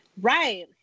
right